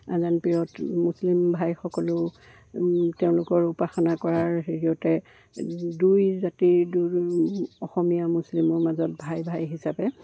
আজানপীৰত মুছলিম ভাইসকলেও তেওঁলোকৰ উপাসনা কৰাৰ হেৰিয়তে দুই জাতিৰ দূৰ অসমীয়া মুছলিমৰ মাজত ভাই ভাই হিচাপে